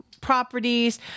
properties